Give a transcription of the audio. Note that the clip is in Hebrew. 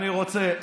אני רוצה,